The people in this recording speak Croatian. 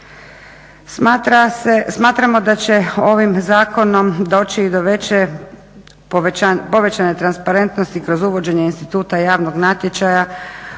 Smatramo da će ovim zakonom doći i do veće povećane transparentnosti kroz uvođenje instituta javnog natječaja